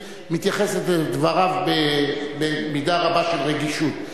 מתייחסת לדבריו במידה רבה של רגישות.